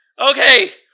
Okay